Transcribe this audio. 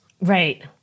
Right